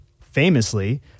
Famously